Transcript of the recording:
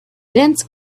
dense